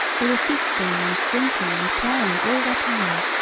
they were feasting and drinking and playing all their time.